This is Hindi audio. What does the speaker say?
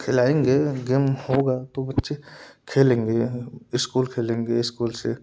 खिलाएँगे गेम होगा तो बच्चे खेलेंगे स्कूल खेलेंगे स्कूल से